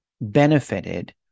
benefited